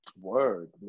Word